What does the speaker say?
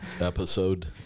episode